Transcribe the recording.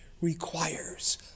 requires